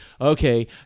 Okay